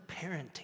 parenting